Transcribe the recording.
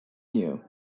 new